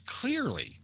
clearly